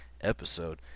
episode